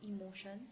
emotions